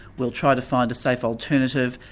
we'll try to find a safe alternative,